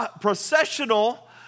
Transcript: processional